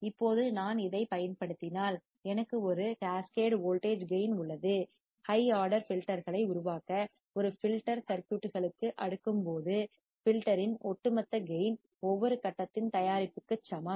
இப்போது நான் இதைப் பயன்படுத்தினால் எனக்கு ஒரு அடுக்கு கேஸ் கேடட் வோல்டேஜ் கேயின் உள்ளது ஹை ஆர்டர் ஃபில்டர்களை உருவாக்க ஒரு ஃபில்டர் சர்க்யூட்களுக்கு அடுக்கும்போது ஃபில்டர் இன் ஒட்டுமொத்த கேயின் ஒவ்வொரு கட்டத்தின் தயாரிப்புக்கும் சமம்